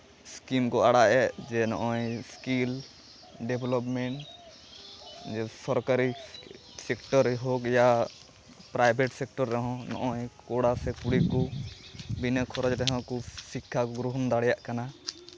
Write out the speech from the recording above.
scheme ᱠᱚ ᱟᱲᱟᱜᱼᱮᱜ ᱡᱮ ᱱᱚᱜᱼᱚᱸᱭ ᱥᱠᱤᱞ ᱰᱮᱵᱷᱞᱚᱯᱢᱮᱱᱴ ᱥᱚᱨᱠᱟᱨᱤ ᱥᱮᱠᱴᱚᱨ ᱨᱮ ᱦᱳᱠ ᱡᱟ ᱯᱨᱟᱭᱵᱷᱮᱴ ᱥᱮᱠᱴᱚᱨ ᱨᱮᱦᱚᱸ ᱱᱚᱜᱼᱚᱸᱭ ᱠᱚᱲᱟ ᱥᱮ ᱠᱩᱲᱤ ᱠᱚ ᱵᱤᱱᱟᱹ ᱠᱷᱚᱨᱚᱪ ᱨᱮᱦᱚᱸ ᱠᱚ ᱥᱤᱠᱠᱷᱟ ᱜᱨᱚᱦᱚᱱ ᱫᱟᱲᱮᱭᱟᱜ ᱠᱟᱱᱟ